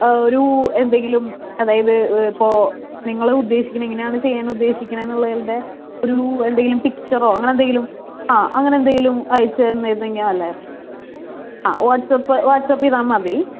ഒരു എന്തെങ്കിലും അതായതു ഇപ്പോൾ നിങ്ങൾ ഉദേശിക്കുന്ന എങ്ങനെ ആണെന്ന് ചെയ്യാനുദ്ദേശിക്കുക ആണെന്നുള്ളതിന്റെ ഒരു എന്തേലും പിക്ചറോ അങ്ങനെ എന്തേലും അങ്ങനെയെന്തെലും അയച്ചു തന്നിരുന്നേൽ നല്ലതായിരുന്നു വാട്സ്ആപ്പ് വാട്സ്ആപ്പ് ചെയ്താൽ മതി